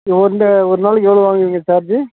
one day ஒரு நாளைக்கு எவ்வளோ வாங்குவீங்க சார்ஜு